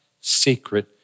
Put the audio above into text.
secret